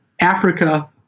Africa